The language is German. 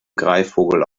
greifvogel